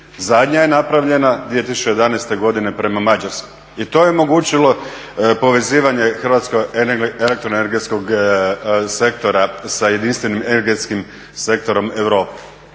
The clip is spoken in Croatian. Zadnja je napravljena 2011.godine prema Mađarskoj i to je omogućilo povezivanje hrvatskog elektroenergetskog sektora sa jedinstvenim energetskim sektorom Europe.